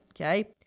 okay